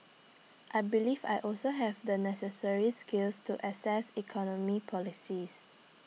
I believe I also have the necessary skills to assess economic policies